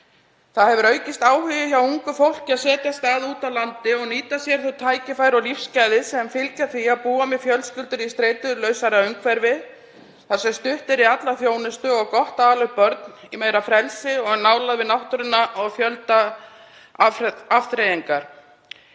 hefur aukist hjá ungu fólki á að setjast að úti á landi og nýta sér þau tækifæri og lífsgæði sem fylgja því að búa með fjölskyldunni í streitulausara umhverfi þar sem stutt er í alla þjónustu og gott er að ala upp börn í meira frelsi og nálægð við náttúruna og fjölda afþreyingarmöguleika.